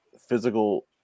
physical